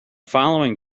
following